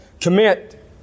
commit